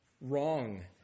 wrong